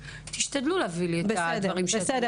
תשתדלו להביא לי את הדברים שאתם מדברים עליהם.